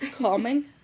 calming